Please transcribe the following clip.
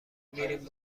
میریم